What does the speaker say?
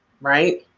right